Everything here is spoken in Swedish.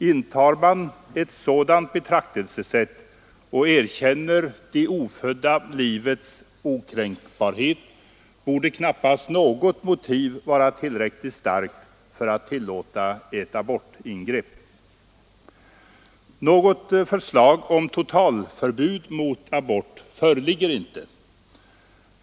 Har man ett sådant betraktelsesätt och erkänner det ofödda livets okränkbarhet borde knappast något motiv vara tillräckligt starkt för att tillåta ett abortingrepp. Något förslag om totalförbud mot abort föreligger inte.